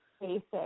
basic